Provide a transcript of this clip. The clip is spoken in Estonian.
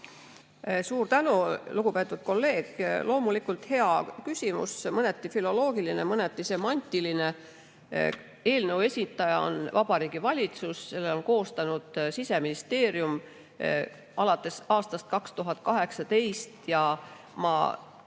Suur tänu, lugupeetud kolleeg! Loomulikult hea küsimus, mõneti filoloogiline, mõneti semantiline. Eelnõu esitaja on Vabariigi Valitsus, seda on koostanud Siseministeerium alates aastast 2018 ja ma selles